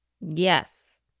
Yes